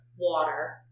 Water